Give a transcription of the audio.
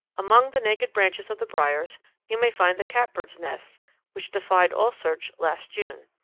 among the naked branches of the briars you may find the catbird's nest which defied all search last june.